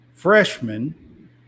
freshman